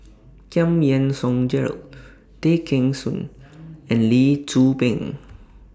Giam Yean Song Gerald Tay Kheng Soon and Lee Tzu Pheng